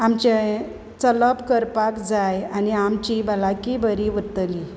आमचें चलप करपाक जाय आनी आमची भलायकी बरी उरतली